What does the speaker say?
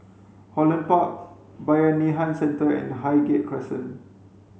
Holland Park Bayanihan Centre and Highgate Crescent